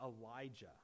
Elijah